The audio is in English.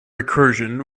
recursion